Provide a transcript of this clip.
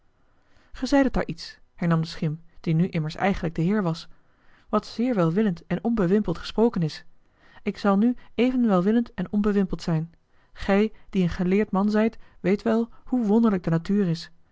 ge zeidet daar iets hernam de schim die nu immers eigenlijk de heer was wat zeer welwillend en onbewimpeld gesproken is ik zal nu even welwillend en onbewimpeld zijn gij die een geleerd man zijt weet wel hoe wonderlijk de natuur is